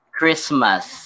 Christmas